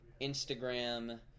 Instagram